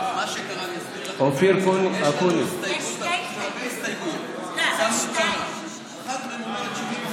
בלי הסתייגות, נלך להתייעצות סיעתית.